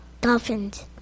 Dolphin's